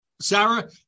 Sarah